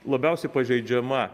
labiausiai pažeidžiama